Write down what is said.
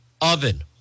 oven